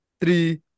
three